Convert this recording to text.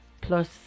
plus